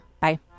Bye